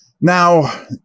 Now